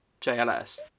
JLS